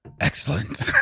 excellent